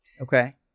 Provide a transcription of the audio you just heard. Okay